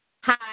Hi